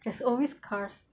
there's always cars